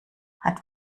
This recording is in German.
hat